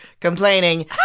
complaining